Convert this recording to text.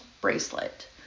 bracelet